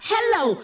Hello